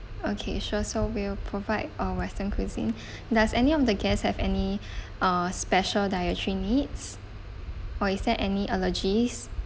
okay sure so we'll provide uh western cuisine does any of the guests have any uh special dietary needs or is there any allergies